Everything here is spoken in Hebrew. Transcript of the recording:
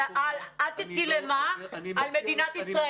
מדינת ישראל.